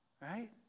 Right